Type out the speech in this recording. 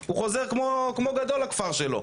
הוא חוזר כמו גדול לכפר שלו.